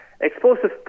explosive